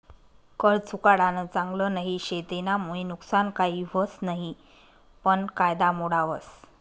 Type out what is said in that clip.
कर चुकाडानं चांगल नई शे, तेनामुये नुकसान काही व्हस नयी पन कायदा मोडावस